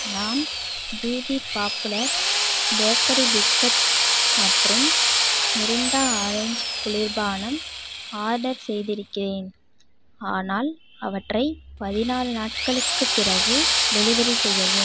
நான் BB popular bakery biscuit மற்றும் Mirinda orange குளிர்பானம் ஆர்டர் செய்திருக்கிறேன் ஆனால் அவற்றை பதினாலு நாட்களுக்குப் பிறகு டெலிவரி செய்யவும்